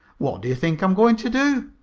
what do you think i'm going to do?